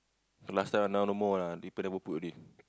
last time lah now no more lah people never put already